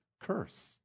curse